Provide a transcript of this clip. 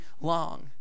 long